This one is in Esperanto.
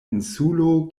insulo